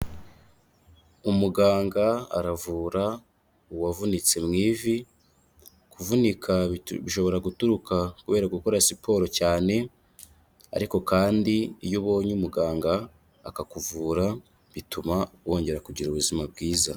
Umuganga aravura uwavunitse mu ivi, kuvunika bishobora guturuka kubera gukora siporo cyane ariko kandi iyo ubonye umuganga akakuvura, bituma wongera kugira ubuzima bwiza.